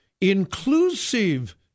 inclusive